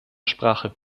sprache